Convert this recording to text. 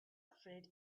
afraid